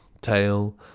tail